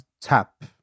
tap